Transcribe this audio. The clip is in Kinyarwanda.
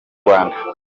rwanda